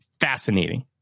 fascinating